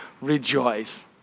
rejoice